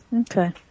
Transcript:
Okay